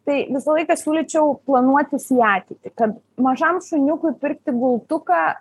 tai visą laiką siūlyčiau planuotis į ateitį kad mažam šuniukui pirkti gultuką